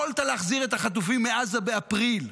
יכולת להחזיר את החטופים מעזה באפריל,